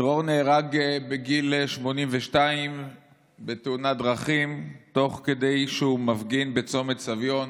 דרור נהרג בגיל 82 בתאונת דרכים תוך כדי שהוא מפגין בצומת סביון